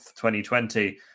2020